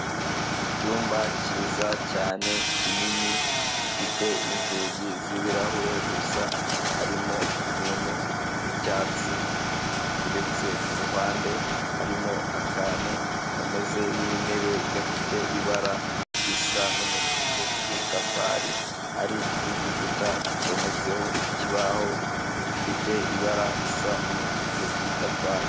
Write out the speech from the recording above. Icyumba cyiza cyane kinini gifite inzugi z'ibirahure gusa harimo utuntu tw'icyatsi duteretse ku ruhande harimo akantu kameze nk'intebe gafite ibara risa n'umutuku w'itafari hari n'igikuta cyometseho ikibaho gifite ibara risa n'umutuku w'itafari.